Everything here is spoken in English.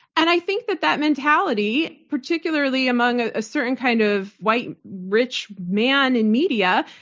and i think that that mentality, particularly among a ah certain kind of white rich man in media,